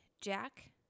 Jack